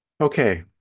okay